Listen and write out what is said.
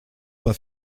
pas